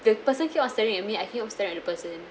the person keep on staring at me I keep on staring at the person